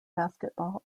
basketball